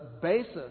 basis